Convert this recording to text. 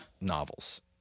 novels